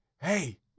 hey